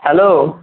hello